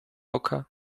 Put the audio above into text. oka